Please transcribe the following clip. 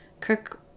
cook